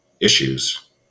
issues